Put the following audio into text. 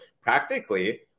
practically